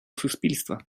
суспільства